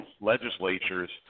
legislatures